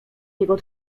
jego